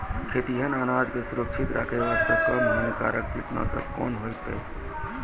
खैहियन अनाज के सुरक्षित रखे बास्ते, कम हानिकर कीटनासक कोंन होइतै?